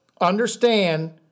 understand